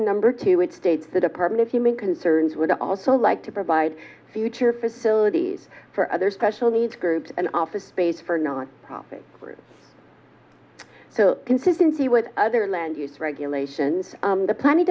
under number two which states the department of human concerns would also like to provide future facilities for other special needs groups and office space for non profit groups consistency with other land use regulations the planning